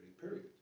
Period